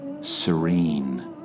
serene